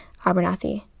Abernathy